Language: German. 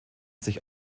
sich